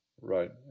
Right